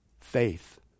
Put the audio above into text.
faith